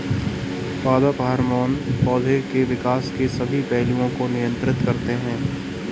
पादप हार्मोन पौधे के विकास के सभी पहलुओं को नियंत्रित करते हैं